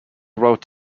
wrote